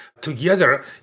together